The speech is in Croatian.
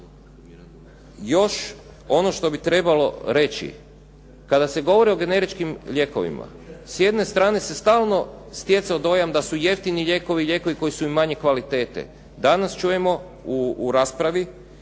Još ono što bi trebalo reći. Kada se govori o generičkim lijekovima s jedne strane se stalno stjecao dojam da su jeftini lijekovi lijekovi koji su manje kvalitete. Danas čujemo u raspravi